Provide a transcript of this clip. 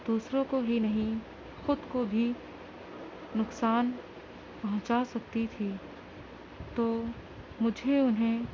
دوسروں کو بھی نہیں خود کو بھی نقصان پہنچا سکتی تھیں تو مجھے انہیں